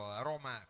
aroma